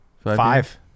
Five